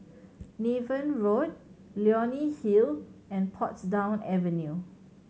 Niven Road Leonie Hill and Portsdown Avenue